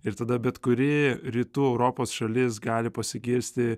ir tada bet kuri rytų europos šalis gali pasigirsti